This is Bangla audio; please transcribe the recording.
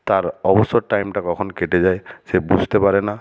তার অবসর টাইমটা কখন কেটে যায় সে বুঝতে পারে না